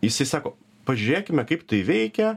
jisai sako pažiūrėkime kaip tai veikia